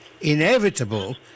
inevitable